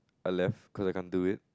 I left cause I can't do it